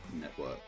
Network